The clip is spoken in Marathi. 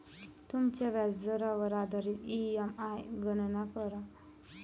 तुमच्या व्याजदरावर आधारित ई.एम.आई गणना करा